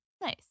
Nice